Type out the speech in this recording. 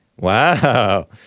Wow